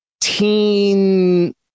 teen